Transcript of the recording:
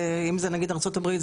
אם זה נגיד ארצות הברית,